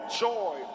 joy